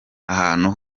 ahantu